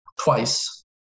twice